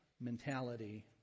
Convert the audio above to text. mentality